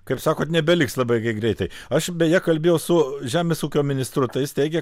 kaip sakot nebeliks labai gi greitai aš beje kalbėjau su žemės ūkio ministru tai jis teigė